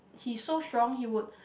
he so strong he would